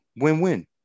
Win-win